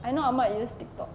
I know ahmad use TikTok